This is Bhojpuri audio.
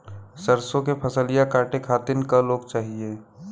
सरसो के फसलिया कांटे खातिन क लोग चाहिए?